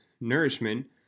nourishment